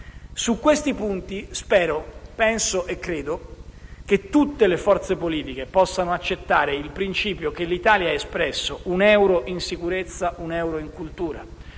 su questi punti, tutte le forze politiche possano accettare il principio che l'Italia ha espresso: un euro in sicurezza e un euro in cultura,